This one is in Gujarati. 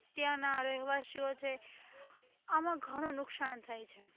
ત્યાંના રહેવાસીઓ છે આમાં ઘણું નુકસાન થાય છે